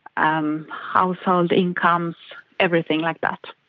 um household incomes, everything like that.